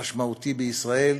המשמעותי בישראל,